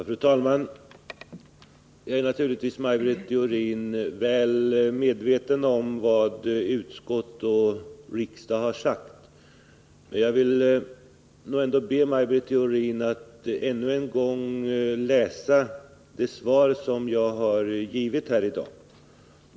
Fru talman! Jag är naturligtvis, Maj Britt Theorin, väl medveten om vad utskottet och riksdagen har sagt. Jag vill be Maj Britt Theorin att ännu en gång läsa det svar som jag har givit här i dag.